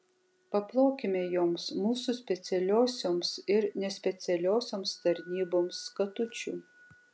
paplokime joms mūsų specialiosioms ir nespecialiosioms tarnyboms katučių